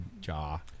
jaw